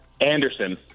Anderson